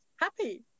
happy